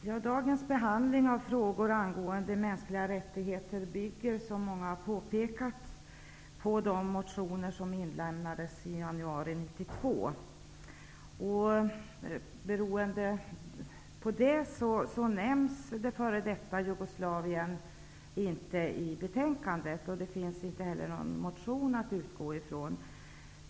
Herr talman! Dagens behandling av frågor angående mänskliga rättigheter bygger, som många har påpekat, på de motioner som inlämnades i januari 1992. Beroende på det nämns f.d. Jugoslavien inte i betänkandet. Det finns inte heller någon motion att utgå från.